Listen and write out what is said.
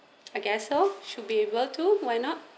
I guess so should be able to why not